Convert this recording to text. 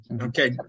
Okay